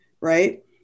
right